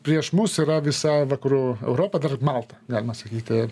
prieš mus yra visa vakarų europa dar malta galima sakyti